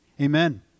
Amen